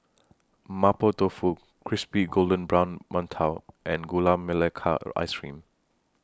Mapo Tofu Crispy Golden Brown mantou and Gula Melaka Ice Cream